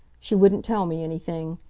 she wouldn't tell me anything.